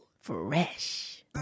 Fresh